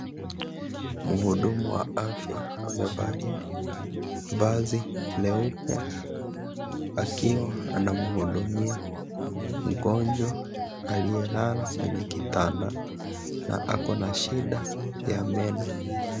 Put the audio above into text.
Mhudumu wa afya amevalia vazi leupe, akiwa anamhudumia mgonjwa aliyelala kwenye kitanda na akona shida ya meno.